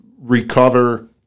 recover